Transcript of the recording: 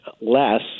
less